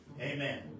Amen